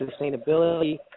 sustainability